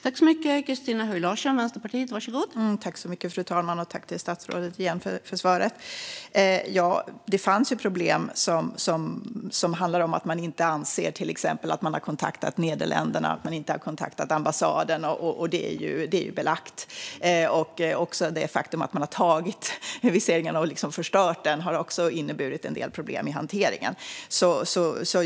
Fru talman! Tack igen, statsrådet, för svaret! Det fanns problem som att man inte anser att Nederländerna eller ambassaden kontaktats; detta är belagt. Det faktum att viseringarna har tagits och förstörts har också inneburit en del problem i hanteringen.